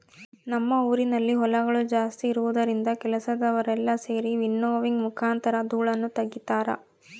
ನಮ್ಮ ಊರಿನಲ್ಲಿ ಹೊಲಗಳು ಜಾಸ್ತಿ ಇರುವುದರಿಂದ ಕೆಲಸದವರೆಲ್ಲ ಸೆರಿ ವಿನ್ನೋವಿಂಗ್ ಮುಖಾಂತರ ಧೂಳನ್ನು ತಗಿತಾರ